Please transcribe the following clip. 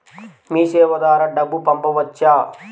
మీసేవ ద్వారా డబ్బు పంపవచ్చా?